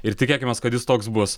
ir tikėkimės kad jis toks bus